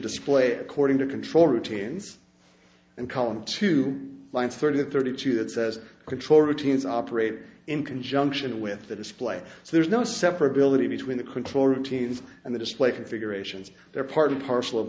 display according to control routines and column two lines thirty or thirty two that says control routines operate in conjunction with the display so there's no separate ability between the control routines and the display configurations they're part and parcel of